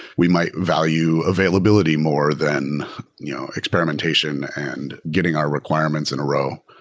we might value availability more than you know experimentation and getting our requirements in a row.